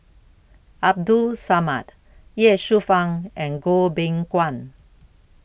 Abdul Samad Ye Shufang and Goh Beng Kwan